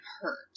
hurt